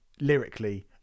lyrically